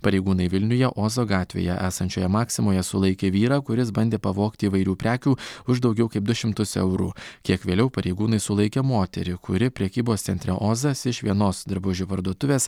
pareigūnai vilniuje ozo gatvėje esančioje maksimoje sulaikė vyrą kuris bandė pavogti įvairių prekių už daugiau kaip du šimtus eurų kiek vėliau pareigūnai sulaikė moterį kuri prekybos centre ozas iš vienos drabužių parduotuvės